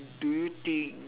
do you think